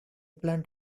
plan